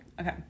Okay